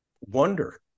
wonder